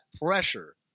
pressure